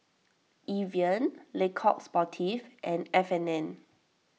Evian Le Coq Sportif and F and N